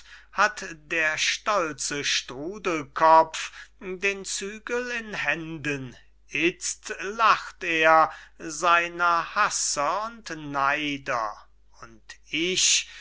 hat der stolze strudelkopf den zügel in händen itzt lacht er seiner hasser und neider und ich